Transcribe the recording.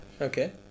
Okay